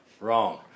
Wrong